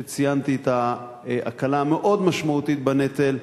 שציינתי את ההקלה המאוד משמעותית שלו בנטל,